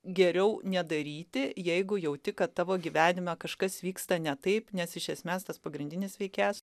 geriau nedaryti jeigu jauti kad tavo gyvenime kažkas vyksta ne taip nes iš esmės tas pagrindinis veikėjas